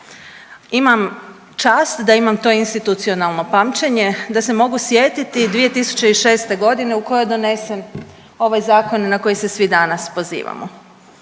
Imam čast da imam to institucionalno pamćenje da se mogu sjetiti 2006. g. u kojoj je donesen ovaj Zakon na koji se svi danas pozivamo.